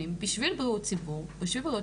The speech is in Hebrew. על X שנים זמן --- דבר ראשון היום זה לא אותן